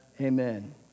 Amen